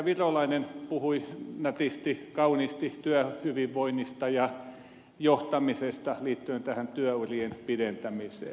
virolainen puhui nätisti kauniisti työhyvinvoinnista ja johtamisesta liittyen työurien pidentämiseen